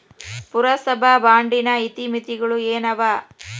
ಪುರಸಭಾ ಬಾಂಡಿನ ಇತಿಮಿತಿಗಳು ಏನವ?